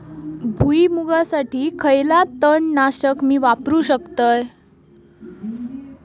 भुईमुगासाठी खयला तण नाशक मी वापरू शकतय?